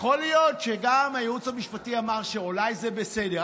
להיות שגם הייעוץ המשפטי אמר שאולי זה בסדר.